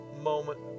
moment